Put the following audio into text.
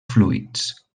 fluids